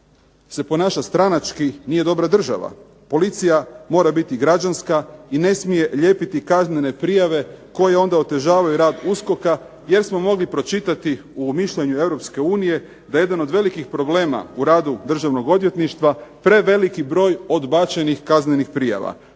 se ponaša stranački nije dobra država. Policija mora biti građanska i ne smije lijepiti kaznene prijave koje onda otežavaju rad USKOK-a jer smo mogli pročitati u mišljenju EU da je jedan od velikih problema u radu Državnog odvjetništva preveliki broj odbačenih kaznenih prijava.